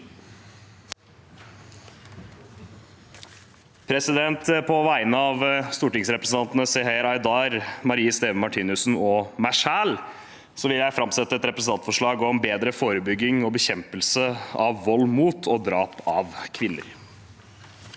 På vegne av stortingsrepresentantene Seher Aydar, Marie Sneve Martinussen og meg selv vil jeg framsette et representantforslag om bedre forebygging og bekjempelse av vold mot og drap av kvinner.